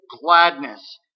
gladness